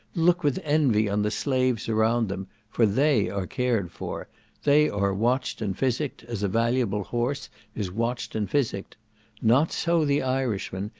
look with envy on the slaves around them for they are cared for they are watched and physicked, as a valuable horse is watched and physicked not so the irishman,